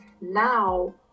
Now